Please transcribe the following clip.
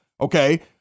Okay